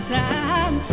time